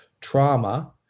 trauma